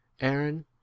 Aaron